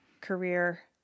career